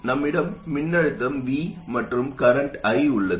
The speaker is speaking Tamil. நம்மிடம் மின்னழுத்தம் V மற்றும் கரண்ட் I உள்ளது